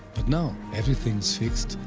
but now everything is fixed,